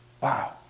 Wow